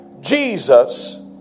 Jesus